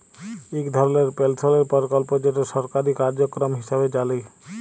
ইক ধরলের পেলশলের পরকল্প যেট সরকারি কার্যক্রম হিঁসাবে জালি